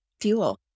fuel